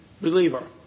Believer